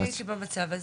כשאני הייתי במצב הזה.